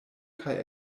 kaj